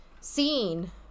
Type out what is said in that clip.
seen